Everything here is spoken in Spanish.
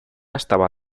estaba